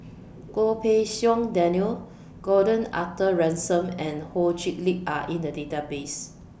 Goh Pei Siong Daniel Gordon Arthur Ransome and Ho Chee Lick Are in The Database